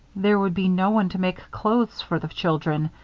there would be no one to make clothes for the children,